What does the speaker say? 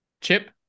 Chip